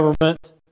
government